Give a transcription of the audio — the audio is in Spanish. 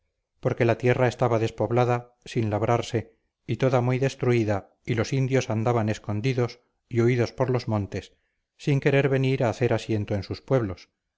porque la tierra estaba despoblada sin labrarse y toda muy destruida y los indios andaban escondidos y huidos por los montes sin querer venir a hacer asiento en sus pueblos